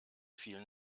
vielen